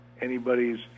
anybody's